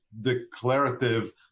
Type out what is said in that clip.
declarative